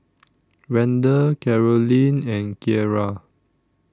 Randall Carolynn and Keira